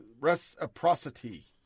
reciprocity